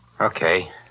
Okay